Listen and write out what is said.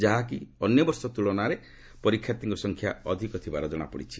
ଯାହାକି ଅନ୍ୟ ବର୍ଷ ତୁଳନାରେ ପରୀକ୍ଷାର୍ଥୀଙ୍କ ସଂଖ୍ୟା ଅଧିକ ଥିବାର ଜଣାପଡିଛି